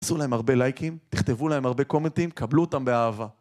עשו להם הרבה לייקים, תכתבו להם הרבה קומטים, קבלו אותם באהבה.